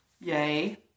Yay